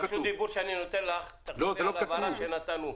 בזכות דיבור שאני נותן לך, תחזרי על ההבהרה שנתנו.